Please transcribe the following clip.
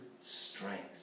strength